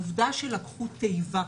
העובדה שלקחו תיבה